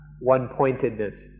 one-pointedness